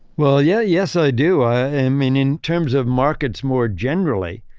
well, yeah. yes, i do. i mean in terms of markets more generally,